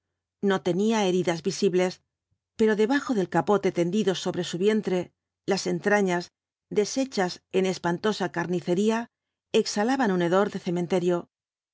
no tenía heridas visibles pero debajo del capote tendido sobre su vientre las entrañas deshechas en espantosa carnicería exhalaban un hedor de cementerio